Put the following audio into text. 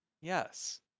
Yes